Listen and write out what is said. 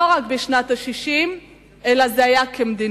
לא רק בשנת ה-60, אלא זה היה כמדיניות.